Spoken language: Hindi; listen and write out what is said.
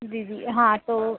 दीदी हाँ तो